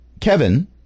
Kevin